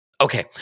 Okay